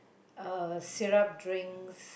uh syrup drinks